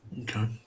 Okay